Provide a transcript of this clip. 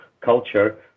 culture